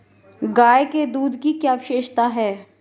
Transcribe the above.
गाय के दूध की क्या विशेषता है?